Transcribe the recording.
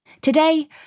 Today